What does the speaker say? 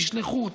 תשלחו.